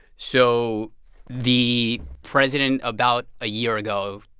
so the president, about a year ago,